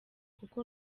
kuko